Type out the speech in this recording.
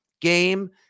game